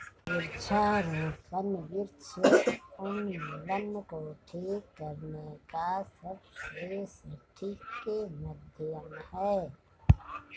वृक्षारोपण वृक्ष उन्मूलन को ठीक करने का सबसे सटीक माध्यम है